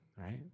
right